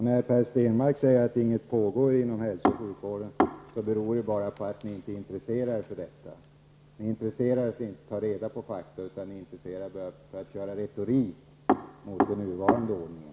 När Per Stenmarck säger att inget pågår inom hälso och sjukvården, beror det på att han och andra moderater inte är intresserade av att ta reda på fakta. Ni är bara intresserade av att komma med retoriska påståenden mot den nuvarande ordningen.